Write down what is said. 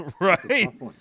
Right